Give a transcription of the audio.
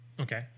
Okay